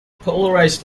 polarized